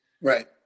Right